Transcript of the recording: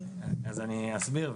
אז אני אסביר,